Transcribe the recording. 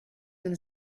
them